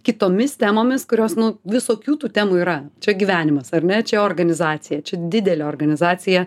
kitomis temomis kurios nu visokių tų temų yra čia gyvenimas ar ne čia organizacija čia didelė organizacija